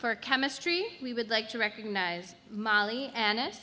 for chemistry we would like to recognize molly and it